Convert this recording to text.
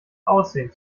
aussehen